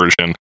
version